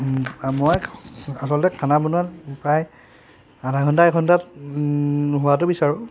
মই আচলতে খানা বনোৱাত প্ৰায় আধা ঘন্টা এক ঘন্টাত হোৱাটো বিচাৰোঁ